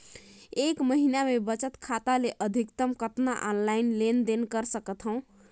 एक महीना मे बचत खाता ले अधिकतम कतना ऑनलाइन लेन देन कर सकत हव?